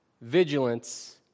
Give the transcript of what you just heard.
vigilance